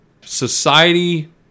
society